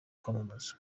kwamamaza